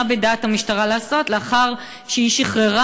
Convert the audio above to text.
מה בדעת המשטרה לעשות לאחר שהיא שחררה